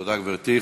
תודה, גברתי.